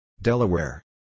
Delaware